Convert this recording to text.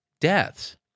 deaths